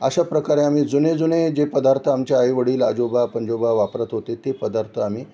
अशा प्रकारे आम्ही जुने जुने जे पदार्थ आमच्या आई वडील आजोबा पणजोबा वापरत होते ते पदार्थ आम्ही